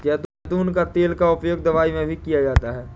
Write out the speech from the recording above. ज़ैतून का तेल का उपयोग दवाई में भी किया जाता है